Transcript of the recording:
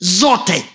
zote